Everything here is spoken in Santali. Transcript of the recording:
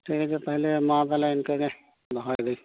ᱴᱷᱤᱠ ᱜᱮᱭᱟ ᱛᱟᱦᱚᱞᱮ ᱢᱟ ᱛᱟᱦᱚᱞᱮ ᱤᱱᱠᱟᱹ ᱜᱮ ᱫᱚᱦᱚᱭᱫᱤᱧ